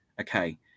okay